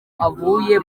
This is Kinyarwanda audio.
avuye